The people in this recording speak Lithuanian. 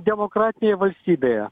demokratinėj valstybėje